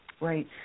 Right